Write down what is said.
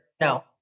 No